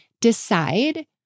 decide